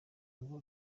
ngo